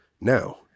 now